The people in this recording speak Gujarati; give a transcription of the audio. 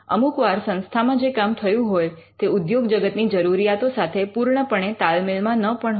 અમુકવાર સંસ્થામાં જે કામ થયું હોય તે ઉદ્યોગ જગતની જરૂરિયાતો સાથે પૂર્ણપણે તાલમેલ માં ન પણ હોય